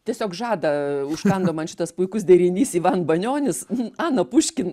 tiesiog žadą užkando man šitas puikus derinys ivan banionis ana puškin